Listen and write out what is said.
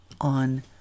on